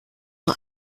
nur